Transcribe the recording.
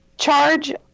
Charge